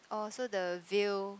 oh so the veil